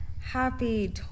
happy